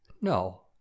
no